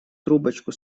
трубочку